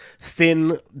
thin